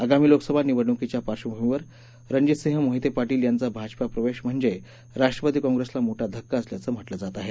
आगामी लोकसभा निवडणूकीच्या पार्धभूमीवर रणजीतसिंह मोहिते पाटील यांचा भाजपा प्रवेश म्हणजे राष्ट्रवादी काँप्रेसचा मोठा धक्का असल्याचं म्हटलं जात आहे